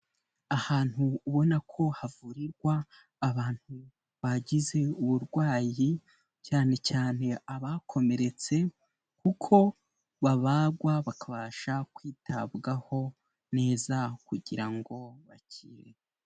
Ahantu ubona ko havurirwa abantu bagize uburwayi, cyane cyane abakomeretse kuko babagwa bakabasha kwitabwaho neza kugira ngo bakire.